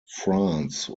france